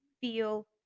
feel